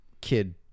kid